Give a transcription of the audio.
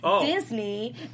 Disney